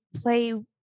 play